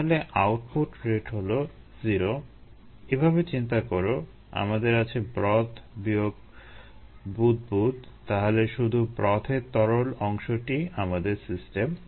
তাহলে output rate হলো 0 এভাবে চিন্তা করো আমাদের আছে ব্রথ বিয়োগ বুদবুদ তাহলে শুধু ব্রথের তরল অংশটিই আমাদের সিস্টেম